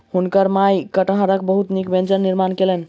हुनकर माई कटहरक बहुत नीक व्यंजन निर्माण कयलैन